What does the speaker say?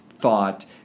thought